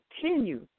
continue